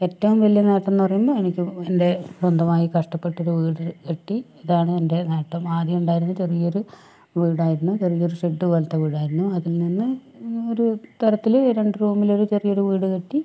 ഏറ്റവും വലിയ നേട്ടം എന്ന് പറയുമ്പോൾ എനിക്ക് എൻ്റെ സ്വന്തമായി കഷ്ടപ്പെട്ട് ഒരു വീട് കെട്ടി അതാണ് എൻ്റെ നേട്ടം ആദ്യം ഉണ്ടായിരുന്ന ചെറിയൊരു വീടായിരുന്നു ചെറിയൊരു ഷെഡ് പോലത്തെ വീടായിരുന്നു അതിൽനിന്ന് ഒരു തരത്തില് രണ്ട് റൂമില് ഒര് ചെറിയൊരു വീട് കെട്ടി